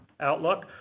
outlook